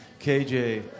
KJ